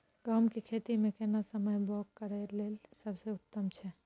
गहूम के खेती मे केना समय बौग करय लेल सबसे उत्तम छै?